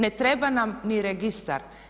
Ne treba nam ni registar.